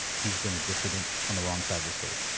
he's been a dissident on the wrong side of the state.